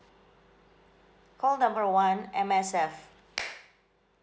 call number one M_S_F